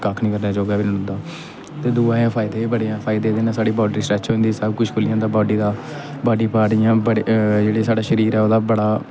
दूआ एह् फायदे बी बड़े ऐ इदे कन्नै साढ़ी बाड़ी सटरैच होंदी सब कुछ खुल्ली आंदा बाड़ी दा बाड़ी पार्ट जेह्ड़ा साढ़ा शरीर ऐ ओह्